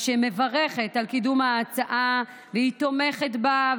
שמברכת על קידום ההצעה ותומכת בה,